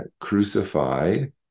crucified